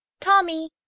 Tommy